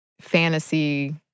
fantasy